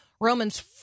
Romans